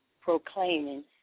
proclaiming